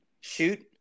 Shoot